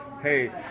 hey